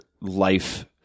life